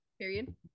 period